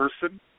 person